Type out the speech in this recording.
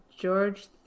George